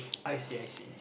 I see I see